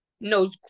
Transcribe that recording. knows